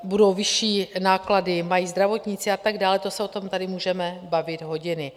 Budou vyšší náklady zdravotníci a tak dále, to se o tom tady můžeme bavit hodiny.